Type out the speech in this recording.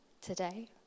today